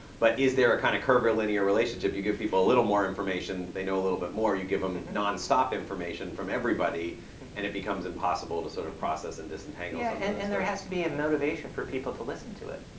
but is there a kind of curvilinear relationship you give people a little more information they know a little bit more you give them non-stop information from everybody and it becomes impossible to sort of process and disentangle. yeah and and there has to be a motivation for people to listen to it.